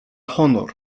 honor